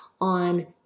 on